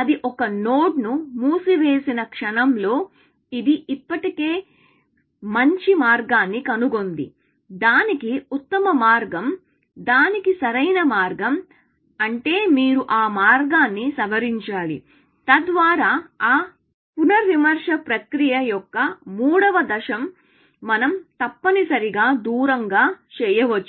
అది ఒక నోడ్ను మూసివేసిన క్షణంలో ఇది ఇప్పటికే మంచి మార్గాన్ని కనుగొంది దానికి ఉత్తమ మార్గం దానికి సరైన మార్గం అంటే మీరు ఆ మార్గాన్ని సవరించాలి తద్వారా ఆ పునర్విమర్శ ప్రక్రియ యొక్క మూడవ దశ మనం తప్పనిసరి గా దూరంగా చేయవచ్చు